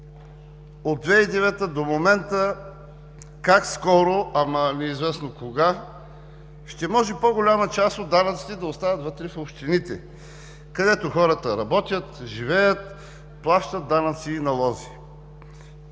от 2009 г. до момента как скоро, ама неизвестно кога, ще може по-голяма част от данъците да остават вътре в общините, където хората работят, живеят, плащат данъци и налози.